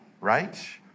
right